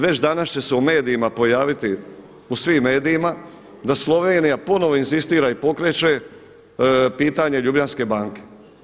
Već danas će se u medijima pojaviti, u svim medijima da Slovenija ponovno inzistira i pokreće pitanje Ljubljanske banke.